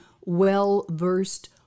well-versed